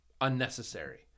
Unnecessary